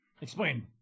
explain